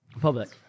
public